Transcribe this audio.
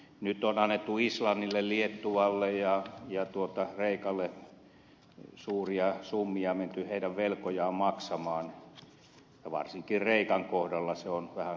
nyt on annettu islannille liettualle ja kreikalle suuria summia menty heidän velkojaan maksamaan ja varsinkin kreikan kohdalla se on vähän kohtuutonta